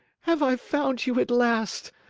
have i found you at last?